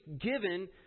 given